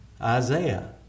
Isaiah